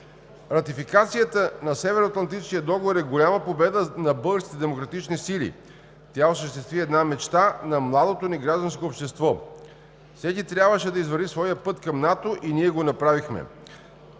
„Ратификацията на Североатлантическия договор е голяма победа на българските демократични сили. Тя осъществи една мечта на младото ни гражданско общество.“ „Всеки трябваше да извърви своя път към НАТО и ние го направихме.“